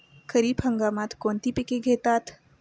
खरीप हंगामात कोणती पिके घेतात?